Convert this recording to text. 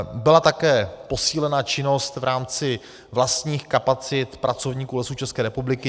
Byla také posílena činnost v rámci vlastních kapacit pracovníků Lesů České republiky.